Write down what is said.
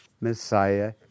Messiah